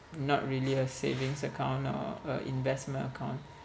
not really a savings account or a investment account